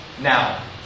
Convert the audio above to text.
now